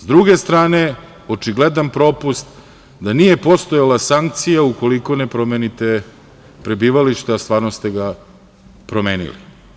S druge strane, očigledan propust je da nije postojala sankcija ukoliko ne promenite prebivalište, a stvarno ste ga promenili.